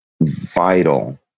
vital